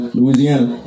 Louisiana